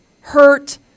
hurt